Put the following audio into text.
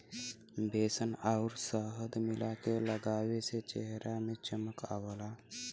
बेसन आउर शहद मिला के लगावे से चेहरा में चमक आवला